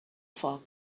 foc